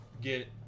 get